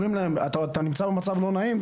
אומרים להם אתה נמצא במצב לא נעים,